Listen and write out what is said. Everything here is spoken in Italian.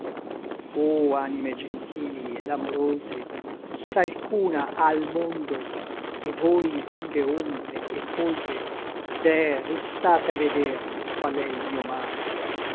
anime gentili et amorose s'alcuna à l mondo et voi nude ombre et polve deh ristate a veder quale è l mio male